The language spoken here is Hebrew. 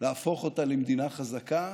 להפוך אותה למדינה חזקה